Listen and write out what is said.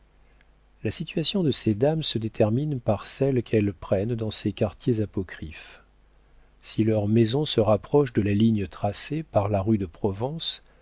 la situation de ces dames se détermine par celle qu'elles prennent dans ces quartiers apocryphes si leur maison se rapproche de la ligne tracée par la rue de provence